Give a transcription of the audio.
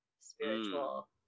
spiritual